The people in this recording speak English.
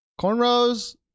cornrows